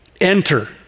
enter